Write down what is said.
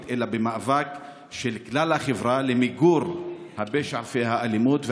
אלא במאבק של כלל החברה למיגור הפשע והאלימות.